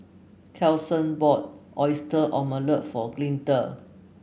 Carson bought Oyster Omelette for Glinda